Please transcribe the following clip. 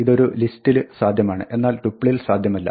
ഇത് ഒരു list ൽ സാധ്യമാണ് എന്നാൽ ടുപ്പിളിൽ സാധ്യമല്ല